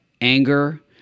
anger